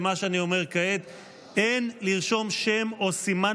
למה שאני אומר כעת: אין לרשום שם או סימן